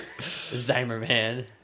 Zimmerman